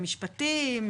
משפטים,